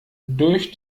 durch